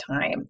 time